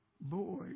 boy